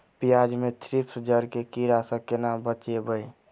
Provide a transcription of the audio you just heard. प्याज मे थ्रिप्स जड़ केँ कीड़ा सँ केना बचेबै?